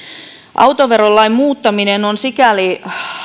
autoverolain muuttaminen on sikäli